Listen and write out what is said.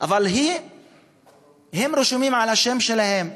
אבל היא רשומה על השם שלהם.